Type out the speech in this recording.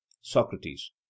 Socrates